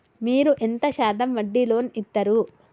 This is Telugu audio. మీరు ఎంత శాతం వడ్డీ లోన్ ఇత్తరు?